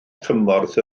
chymorth